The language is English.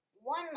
One